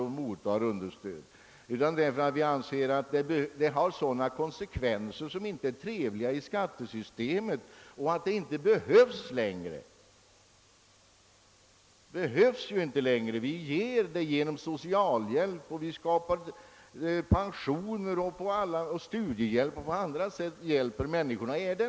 Vi skall göra det därför att vi anser att det har konsekvenser i skattesystemet som inte är trevliga och att det inte längre behövs. Det behövs inte längre: vi ger genom socialhjälp och vi skapar pensioner och studiehjälp och hjälper människorna på andra sätt.